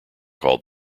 called